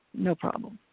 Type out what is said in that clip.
no problem.